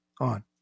on